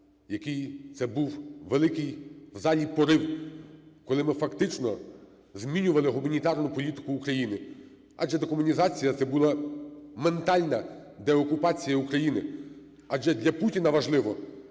Який це був великий в залі порив, коли ми фактично змінювали гуманітарну політику України. Адже декомунізація – це була ментальна деокупація України, адже для Путіна важлива